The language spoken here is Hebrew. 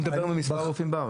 הוא מדבר במספר הרופאים בארץ.